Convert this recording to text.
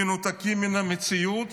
מנותקים מהמציאות,